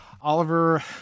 Oliver